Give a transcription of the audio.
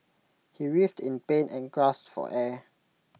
he writhed in pain and gasped for air